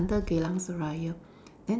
under Geylang Serai